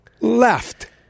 Left